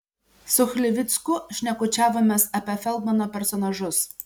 su chlivicku šnekučiavomės apie feldmano personažus